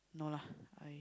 no lah I